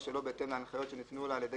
או שלא בהתאם להנחיות שניתנו לה על ידי